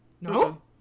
no